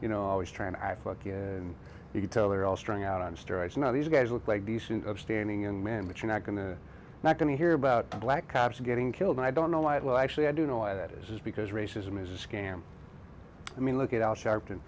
you know always trying and you can tell they're all strung out on steroids now these guys look like decent upstanding and man but you're not going to not going to hear about black cops getting killed i don't know white well actually i do know why that is because racism is a scam i mean look at al sharpton